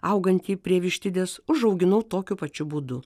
augantį prie vištidės užauginau tokiu pačiu būdu